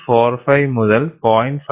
45 മുതൽ 0